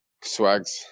Swags